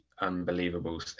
unbelievable